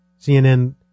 CNN